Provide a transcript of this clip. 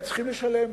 הם צריכים לשלם.